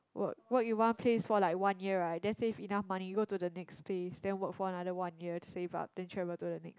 work work in one place for like one year right then save enough money go to the next place then work for another one year to save up then travel to the next